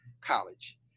College